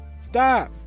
Stop